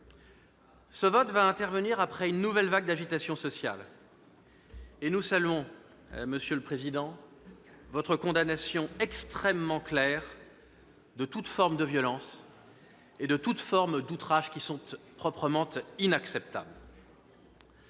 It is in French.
Ce vote va intervenir après une nouvelle vague d'agitation sociale. À ce sujet, monsieur le président, nous saluons votre condamnation extrêmement claire de toutes les violences et de tous les outrages, qui sont proprement inacceptables.